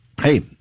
Hey